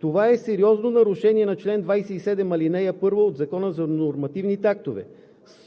Това е сериозно нарушение на чл. 27, ал. 1 от Закона за нормативните актове.